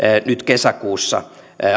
kesäkuussa